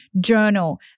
journal